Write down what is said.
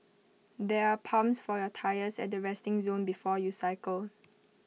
there are pumps for your tyres at the resting zone before you cycle